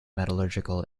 metallurgical